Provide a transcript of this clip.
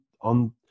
on